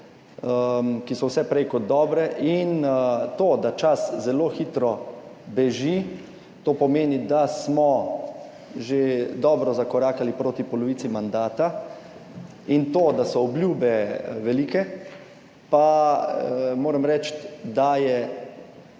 ki so vse prej kot dobre. In to, da čas zelo hitro beži, to pomeni, da smo že dobro zakorakali proti polovici mandata, in to, da so obljube velike, pa moram reči, da je,